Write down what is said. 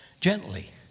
gently